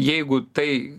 jeigu tai